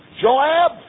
Joab